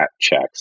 checks